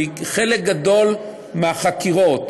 חלק גדול מהחקירות,